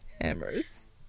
hammers